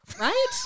right